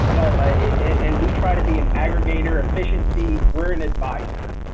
you know and we try to be an aggregator efficiency. we're an advisor.